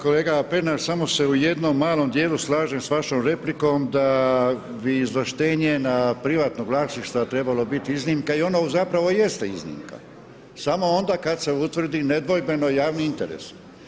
Kolega Pernar, samo se u jednom malom dijelu slažem sa vašom replikom da bi izvlaštenje na privatnog vlasništva trebalo bit iznimka i ono zapravo jeste iznimka samo onda kad se utvrdi nedvojbeno javni interes.